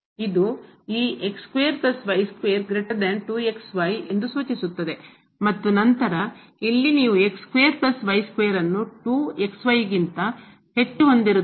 ಇದು ಈ ಮತ್ತು ನಂತರ ಇಲ್ಲಿ ನೀವು ಗಿಂತ ಹೆಚ್ಚು ಹೊಂದಿರುತ್ತೀರಿ